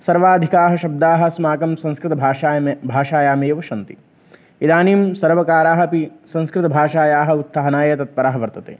सर्वाधिकाः शब्दाः अस्माकं संस्कृतभाषायां भाषायामेव सन्ति इदानीं सर्वकारः अपि संस्कृतभाषायाः उत्थानाय तत्परः वर्तते